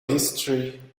history